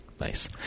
Nice